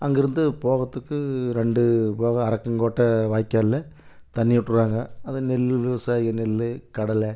அங்கேருந்து போகறத்துக்கு ரெண்டு போகம் அறக்கங்கோட்டை வாய்க்காலில் தண்ணிவுடுருவாங்க அது நெல் விவசாயம் நெல் கடலை